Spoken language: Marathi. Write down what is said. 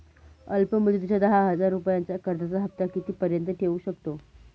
अल्प मुदतीच्या दहा हजार रुपयांच्या कर्जाचा हफ्ता किती पर्यंत येवू शकतो?